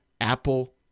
Apple